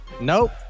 Nope